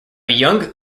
young